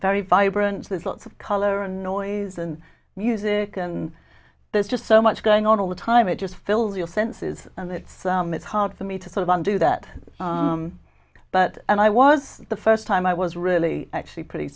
very vibrant there's lots of color and noise and music and there's just so much going on all the time it just fills your senses and it's it's hard for me to sort of one do that but and i was the first time i was really actually pretty